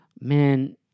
man